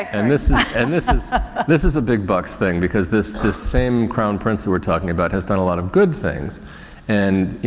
and and this is this is a big bucks thing because this, this same crown prince who we're talking about has done a lot of good things and, you